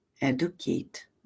educate